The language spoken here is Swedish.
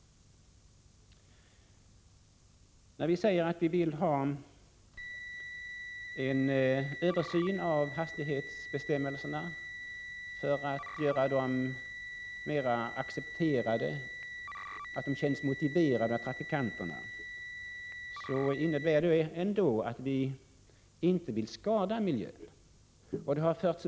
När vi säger att vi vill ha en översyn av hastighetsreglerna för att göra dem mer accepterade, för att de skall kännas mer motiverade för trafikanterna, så innebär det ändå att vi inte vill skada miljön.